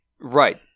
Right